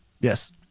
Yes